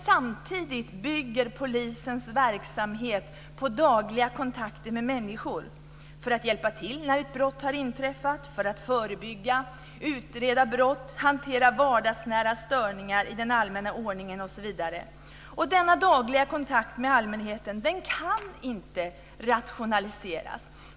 Samtidigt bygger polisens verksamhet på dagliga kontakter med människor - för att hjälpa till när ett brott har begåtts, för att förebygga, för att utreda brott, för att hantera vardagsnära störningar i den allmänna ordningen osv. Denna dagliga kontakt med allmänheten kan inte rationaliseras.